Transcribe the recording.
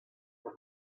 the